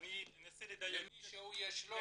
אני אנסה --- למי יש את הנתון?